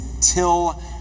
till